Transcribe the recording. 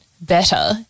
better